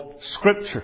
Scripture